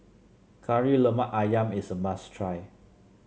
Kari Lemak ayam is a must try